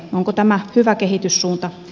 onko tämä hyvä kehityssuunta